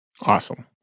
Awesome